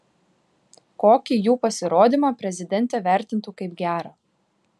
kokį jų pasirodymą prezidentė vertintų kaip gerą